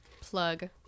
plug